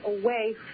away